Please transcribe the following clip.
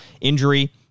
injury